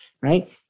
right